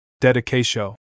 dedication